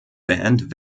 band